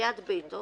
ליד ביתו